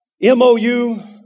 MOU